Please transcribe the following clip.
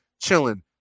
chilling